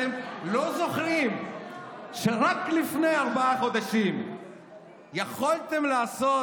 אתם לא זוכרים שרק לפני ארבעה חודשים יכולתם לעשות,